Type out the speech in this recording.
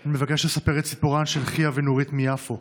אני מבקש לספר את סיפורן של חיאת ונורית מיפו.